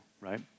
right